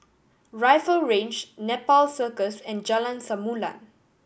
Rifle Range Nepal Circus and Jalan Samulun